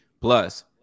Plus